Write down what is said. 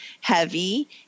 heavy